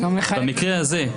במקרה הזה,